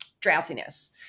drowsiness